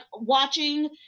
watching